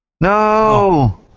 No